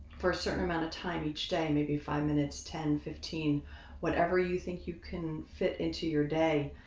for a certain amount of time each day, maybe five minutes, ten fifteen whatever you think you can fit into your day.